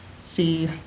see